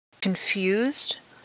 confused